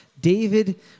David